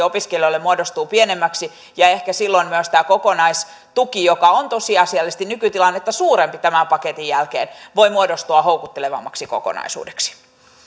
opiskelijoille muodostuu pienemmäksi ja ehkä silloin myös tämä kokonaistuki joka on tosiasiallisesti nykytilannetta suurempi tämän paketin jälkeen voi muodostua houkuttelevammaksi kokonaisuudeksi